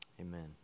Amen